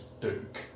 Duke